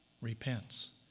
repents